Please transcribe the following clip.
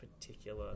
particular